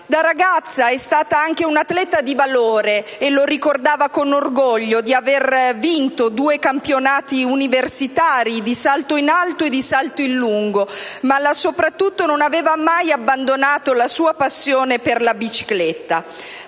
Da ragazza era stata anche un'atleta di valore e ricordava con orgoglio di aver vinto due campionati universitari di salto in alto e di salto in lungo, ma soprattutto non aveva mai abbandonato la sua passione per la bicicletta.